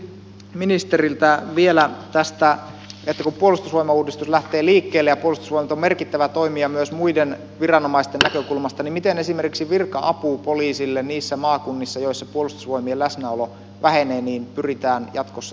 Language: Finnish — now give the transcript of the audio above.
kysyisin ministeriltä vielä tästä että kun puolustusvoimauudistus lähtee liikkeelle ja puolustusvoimat on merkittävä toimija myös muiden viranomaisten näkökulmasta niin miten esimerkiksi virka apu poliisille niissä maakunnissa joissa puolustusvoimien läsnäolo vähenee pyritään jatkossa turvaamaan